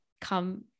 come